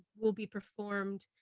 will be performed,